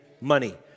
money